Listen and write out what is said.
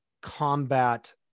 combat